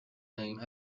name